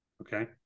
Okay